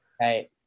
right